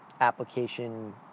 application